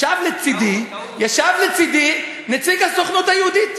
ישב לצדי נציג הסוכנות היהודית.